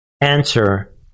answer